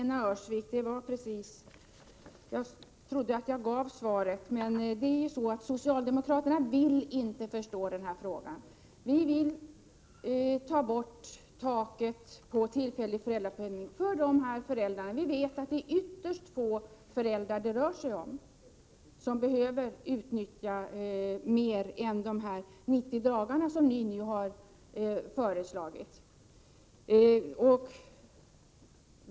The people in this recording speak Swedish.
Herr talman! Jag trodde, Lena Öhrsvik, att jag gav svaret. Socialdemokraterna vill inte förstå den här frågan. Vi vill ta bort taket när det gäller tillfällig föräldrapenning beträffande de ifrågavarande föräldrarna. Vi vet att det är ytterst få föräldrar som behöver utnyttja mer än de 90 dagar som ni har föreslagit.